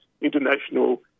international